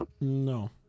No